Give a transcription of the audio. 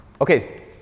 Okay